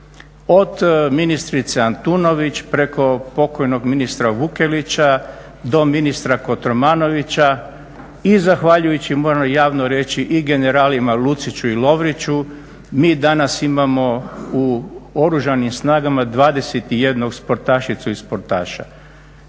Od ministrice Antunović, preko pokojnog ministra Vukelića do ministra Kotromanovića. I zahvaljujući, moram javno reći i generalima Luciću i Lovriću mi danas imamo u Oružanim snagama 21 sportašicu i sportaša.